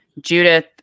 Judith